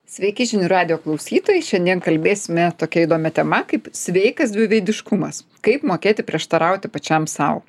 sveiki žinių radijo klausytojai šiandien kalbėsime tokia įdomia tema kaip sveikas dviveidiškumas kaip mokėti prieštarauti pačiam sau